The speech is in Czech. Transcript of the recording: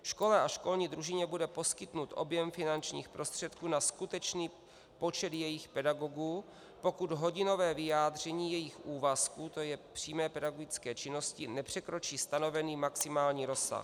Škole a školní družině bude poskytnut objem finančních prostředků na skutečný počet jejich pedagogů, pokud hodinové vyjádření jejich úvazku, tj. přímé pedagogické činnosti, nepřekročí stanovený maximální rozsah.